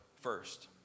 first